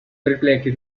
triple